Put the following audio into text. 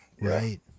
Right